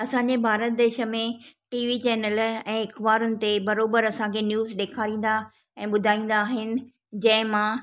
असांजे भारत देश में टी वी चेनल ऐं अख़बारुनि ते बराबरि न्यूज़ ॾेखारींदा ऐं ॿुधाईंदा आहिनि जंहिं मां